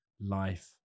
life